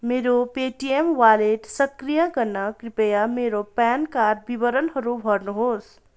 मेरो Paytm wallet सक्रिय गर्न कृपया मेरो प्यान कार्ड विवरणहरू भर्नुहोस्